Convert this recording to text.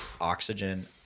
oxygen